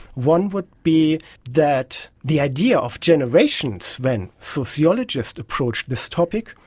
one would be that the idea of generations when sociologists approach this topic,